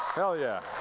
hell, yeah.